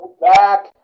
back